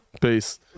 Peace